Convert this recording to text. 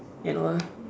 and all